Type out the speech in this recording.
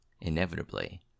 inevitably